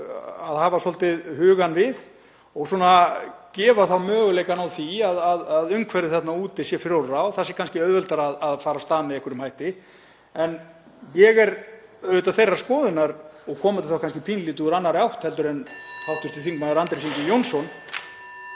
að hafa svolítið hugann við og gefa þá möguleikann á því að umhverfið þarna úti sé frjórra og það sé kannski auðveldara að fara af stað með einhverjum hætti. En ég er auðvitað þeirrar skoðunar, og kem þá kannski pínulítið úr annarri átt heldur en hv. þm. Andrés Ingi Jónsson,